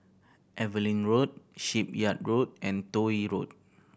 Evelyn Road Shipyard Road and Toh Yi Road